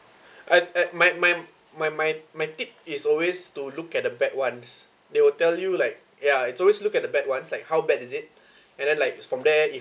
uh uh my my my my my tip is always to look at the bad ones they will tell you like ya it's always look at the bad ones like how bad is it and then like from there if